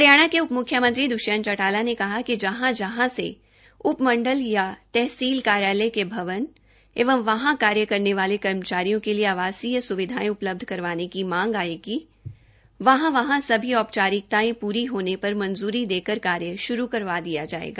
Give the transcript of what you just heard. हरियाणा के उपमुख्यमंत्री श्री दृष्यंत चौटाला ने कहा कि जहां जहां से उपमंडल या तहसील कार्यालय के भवन एवं वहां कार्य करने वाले कर्मचारियों के लिए आवासीय सुविधा उपलब्ध करवाने की मांग आएगी वहां वहां सभी औपचारिकताएं पूरी हामे पर मंजूरी देकर कार्य शुरू करवा दिया जाएगा